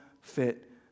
fit